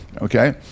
okay